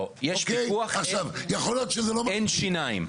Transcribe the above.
לא, יש פיקוח אין שיניים.